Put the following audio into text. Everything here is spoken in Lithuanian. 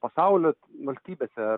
pasaulio valstybėse ar